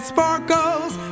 Sparkles